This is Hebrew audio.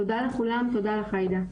תודה לכולם, תודה לך, עאידה.